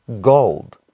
gold